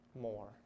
more